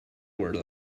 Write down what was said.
were